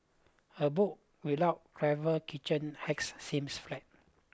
a book without clever kitchen hacks seems flat